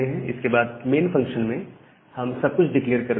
इसके बाद main function में हम सब कुछ डिक्लेअर कर रहे हैं